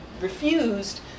refused